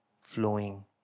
flowing